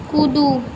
कूदू